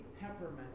peppermint